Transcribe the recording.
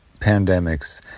pandemics